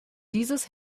dieses